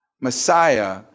Messiah